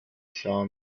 saw